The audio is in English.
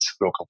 local